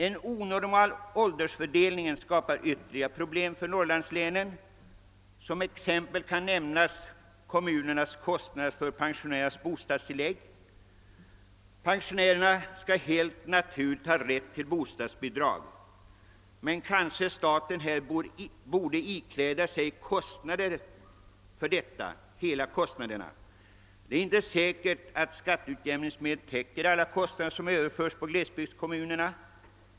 En onormal åldersfördelning skapar ytterligare problem för Norrlandslänen. Som exempel kan nämnas kommunernas kostnader för pensionärernas bostadstillägg. Pensionärerna skall helt naturligt ha rätt till bostadsbidrag, men kanske staten borde ikläda sig hela kostnaden för dessa. Det är inte säkert att skatteutjämningsmedel täcker alla utgifter som överförs på glesbygdskommunerna.